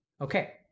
okay